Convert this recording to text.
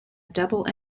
double